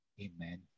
amen